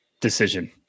decision